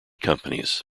companies